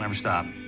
um stop.